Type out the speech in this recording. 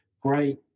great